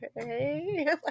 okay